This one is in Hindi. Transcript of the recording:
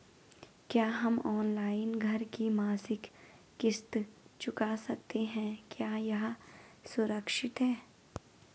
क्या हम ऑनलाइन घर की मासिक किश्त चुका सकते हैं क्या यह सुरक्षित है?